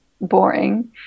boring